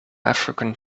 african